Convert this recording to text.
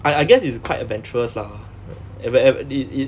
I I guess it's quite adventurous lah if I ever if~